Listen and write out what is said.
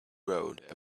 road